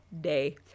day